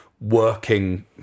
working